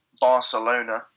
Barcelona